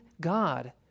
God